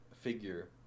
figure